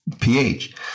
pH